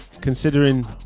Considering